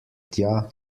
tja